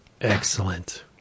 Excellent